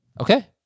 Okay